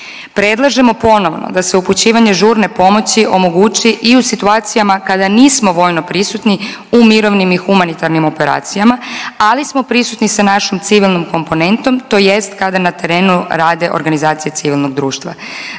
Predlažemo ponovo da se upućivanje žurne pomoći omogući i u situacijama kada nismo vojno prisutni u mirovnim i humanitarnim organizacijama, ali smo prisutni sa našom civilnom komponentom tj. kada na terenu rade organizacije civilnog društva.